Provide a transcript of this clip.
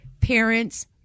Parents